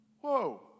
whoa